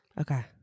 Okay